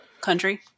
country